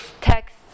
text